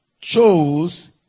chose